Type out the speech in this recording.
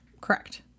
Correct